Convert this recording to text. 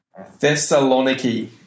Thessaloniki